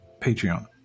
Patreon